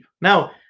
Now